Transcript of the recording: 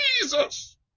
jesus